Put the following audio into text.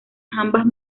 jambas